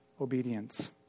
obedience